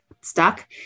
stuck